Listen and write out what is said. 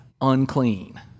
unclean